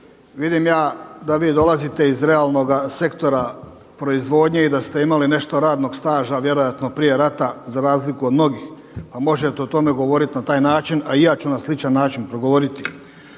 vidim ja da vi dolazite iz realnoga sektora proizvodnje i da ste imali nešto radnog staža vjerojatno prije rata za razliku od mnogih, pa možete o tome govoriti na taj način, a i ja ću na sličan način progovoriti.